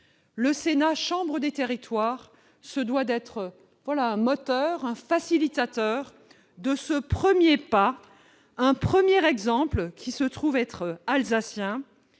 Le Sénat, chambre des territoires, se doit d'être un moteur et un facilitateur de ce premier pas, de ce premier exemple, qui se trouve être alsacien.